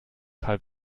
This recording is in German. halb